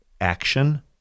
action